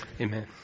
amen